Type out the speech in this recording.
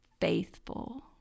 faithful